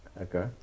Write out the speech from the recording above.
Okay